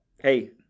hey